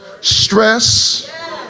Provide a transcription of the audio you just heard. stress